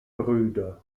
brüder